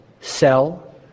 sell